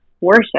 worship